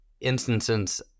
instances